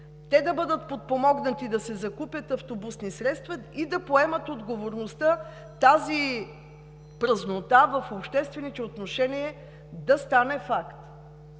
те да бъдат подпомогнати да си закупят автобуси и да поемат отговорността тази празнота в обществените отношения да стане факт.